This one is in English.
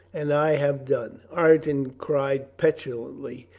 and i have done! ireton cried petulantly,